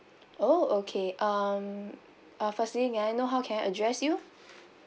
oh okay um uh firstly may I know how can I address you